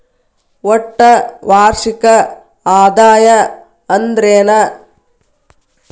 ಒಟ್ಟ ವಾರ್ಷಿಕ ಆದಾಯ ಅಂದ್ರೆನ?